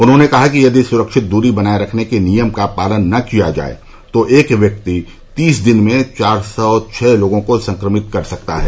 उन्होंने कहा कि यदि सुरक्षित दृरी बनाये रखने के नियम का पालन न किया जाये तो एक व्यक्ति तीस दिन में चार सौ छः लोगों को संक्रमित कर सकता है